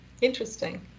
Interesting